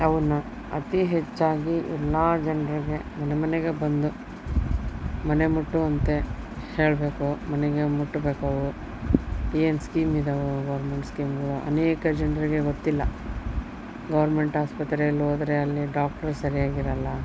ಅವನ್ನು ಅತಿ ಹೆಚ್ಚಾಗಿ ಎಲ್ಲ ಜನರಿಗೆ ಮನೆ ಮನೆಗೆ ಬಂದು ಮನೆ ಮುಟ್ಟುವಂತೆ ಹೇಳಬೇಕು ಮನೆಗೆ ಮುಟ್ಟಬೇಕು ಅವು ಏನು ಸ್ಕೀಮ್ ಇದಾವೆ ಗೋರ್ಮೆಂಟ್ ಸ್ಕೀಮು ಅನೇಕ ಜನರಿಗೆ ಗೊತ್ತಿಲ್ಲ ಗೌರ್ಮೆಂಟ್ ಆಸ್ಪತ್ರೆಲ್ಲಿ ಹೋದ್ರೆ ಅಲ್ಲಿ ಡಾಕ್ಟ್ರು ಸರಿಯಾಗಿ ಇರೋಲ್ಲ